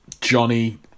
Johnny